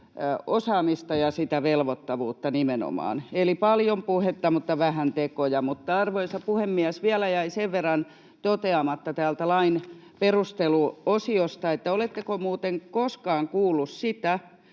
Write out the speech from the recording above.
osaamista ja nimenomaan sitä velvoittavuutta. Eli paljon puhetta mutta vähän tekoja. Arvoisa puhemies! Vielä jäi sen verran toteamatta täältä lain perusteluosiosta, että oletteko muuten koskaan kuulleet,